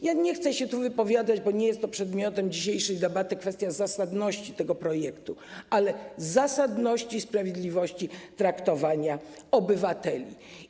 Ja nie chcę się tu wypowiadać, bo nie jest to przedmiotem dzisiejszej debaty, na temat kwestii zasadności tego projektu, ale mówię o zasadności i sprawiedliwości traktowania obywateli.